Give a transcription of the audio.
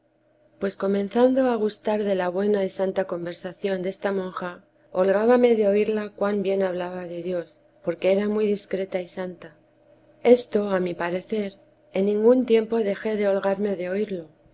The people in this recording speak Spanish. pues comenzando a gustar de la buena y santa conversación desta monja holgábame de oírla cuan bien hablaba de dios porque era muy discreta y santa esto a mi parecer en ningún tiempo dejé de holgarme de oírlo